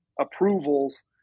approvals